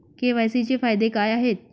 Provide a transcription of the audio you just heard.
KYC चे फायदे काय आहेत?